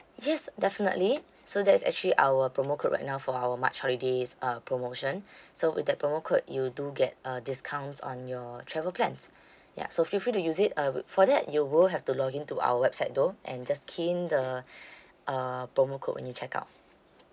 yes definitely so that's actually our promo code right now for our march holidays uh promotion so with that promo code you do get uh discounts on your travel plans ya so feel free to use it uh would for that you will have to log in to our website though and just key in the uh promo code when you check out